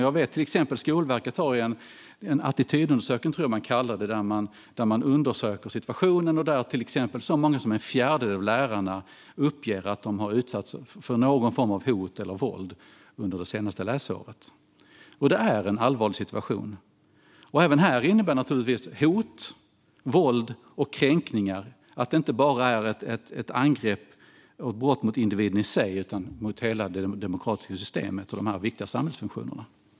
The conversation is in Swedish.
Jag vet att Skolverket har gjort en attitydundersökning - jag tror att man kallar den så - där man undersökt situationen. I den uppgav till exempel så många som en fjärdedel av lärarna att de har utsatts för någon form av hot eller våld under det senaste läsåret. Det är en allvarlig situation. Även här innebär naturligtvis hot, våld och kränkningar inte bara att det är ett angrepp och ett brott mot individen i sig, utan det är ett angrepp mot hela det demokratiska systemet och dessa viktiga samhällsfunktioner.